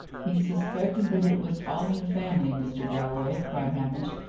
he suspected that it was all in the family, mr. galloway, cried hamish,